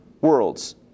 worlds